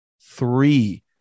three